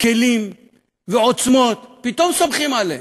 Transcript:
כלים ועוצמות, פתאום סומכים עליהם.